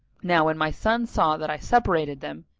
now when my son saw that i separated them,